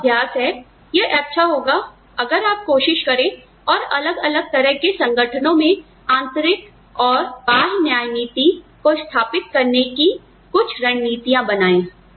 तो अभ्यास है यह अच्छा होगा अगर आप कोशिश करें और अलग अलग तरह के संगठनों में आंतरिक और बाह्य न्याय नीति को स्थापित करने की कुछ रणनीतियां बनाएं